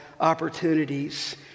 opportunities